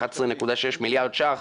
11.6 מיליארד ש"ח.